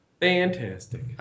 Fantastic